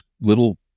little